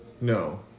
No